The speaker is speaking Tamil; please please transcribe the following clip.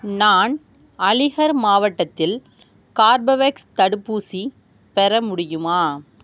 நான் அலிகர் மாவட்டத்தில் கார்பவேக்ஸ் தடுப்பூசி பெற முடியுமா